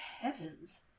heavens